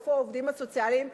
הותקפו העובדים הסוציאליים,